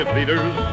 leaders